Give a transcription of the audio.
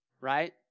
right